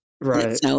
Right